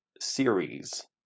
series